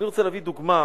אני רוצה להביא דוגמה,